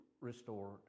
restored